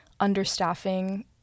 understaffing